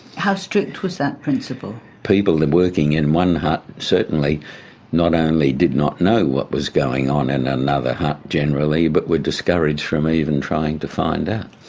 how strict was that principle? people working in one hut certainly not only did not know what was going on in another hut generally but were discouraged from even trying to find out.